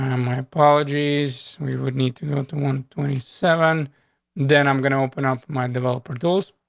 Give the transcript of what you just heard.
um my apologies. we would need to go to one twenty seven then i'm going to open up my developer tools,